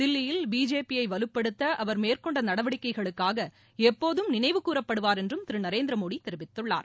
தில்லியில் பிஜேபியை வலுப்படுத்த அவா் மேற்கொண்ட நடவடிக்கைகளுக்காக எப்போதும் நினைவுகூரப்படுவார் என்றும் திரு நரேந்திரமோடி தெரிவித்துள்ளார்